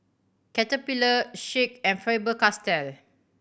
Caterpillar Schick and Faber Castell